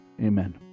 Amen